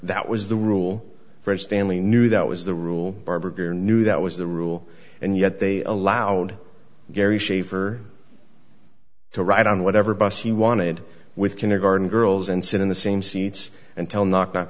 that was the rule for stanley knew that was the rule barbara knew that was the rule and yet they allowed gary schaefer to ride on whatever bus he wanted with can a garden girls and sit in the same seats and tell knock knock